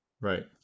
Right